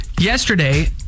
Yesterday